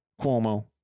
Cuomo